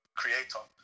creator